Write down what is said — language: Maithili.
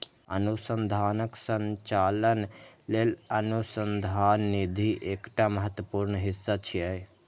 अनुसंधानक संचालन लेल अनुसंधान निधि एकटा महत्वपूर्ण हिस्सा छियै